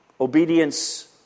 Obedience